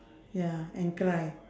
ya and cry